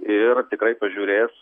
ir tikrai pažiūrės